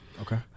Okay